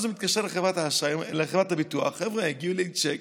אז הוא מתקשר לחברת הביטוח ואומר שלא הגיע צ'ק.